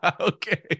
Okay